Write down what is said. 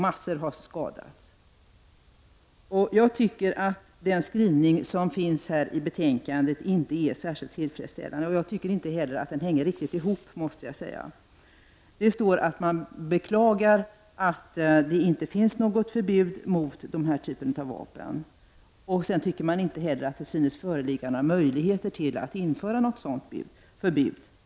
Många har skadats. Jag tycker att skrivningen i betänkandet inte är tillfredsställande. Den hänger inte heller riktigt ihop, måste jag säga. Det står att man beklagar att det inte finns något förbud mot den här typen av vapen. Man tycker inte heller att det synes föreligga möjligheter att införa ett sådant förbud.